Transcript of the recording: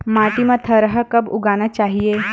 माटी मा थरहा कब उगाना चाहिए?